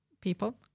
people